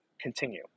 continue